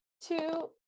Two